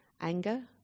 anger